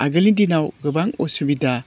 आगोलनि दिनाव गोबां उसुबिदा